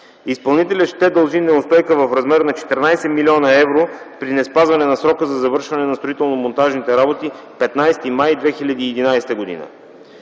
Изпълнителят ще дължи неустойка в размер на 14 млн. евро при неспазване на срока за завършване на строително-монтажните работи – 15 май 2011 г.